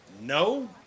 No